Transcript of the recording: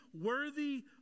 worthy